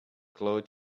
glowed